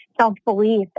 self-belief